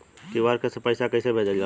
QR से पैसा कैसे भेजल जाला?